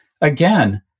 again